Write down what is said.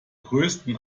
größten